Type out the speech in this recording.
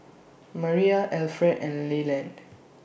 Mariah Alferd and Leland